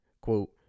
Quote